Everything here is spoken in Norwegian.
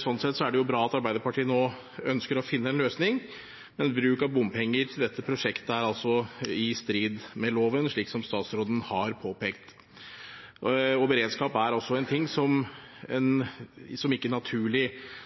Sånn sett er det bra at Arbeiderpartiet nå ønsker å finne en løsning, men bruk av bompenger til dette prosjektet er altså i strid med loven, slik statsråden har påpekt. Beredskap er altså en ting som ikke naturlig skal dekkes via brukerfinansiering, selv om loven gir anledning til det i nye prosjekter. Regjeringen er